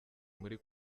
muri